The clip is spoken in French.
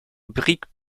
briques